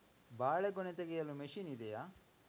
ಬಾಳೆಗೊನೆ ತೆಗೆಯಲು ಮಷೀನ್ ಇದೆಯಾ?